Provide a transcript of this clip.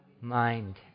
mind